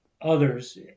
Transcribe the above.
others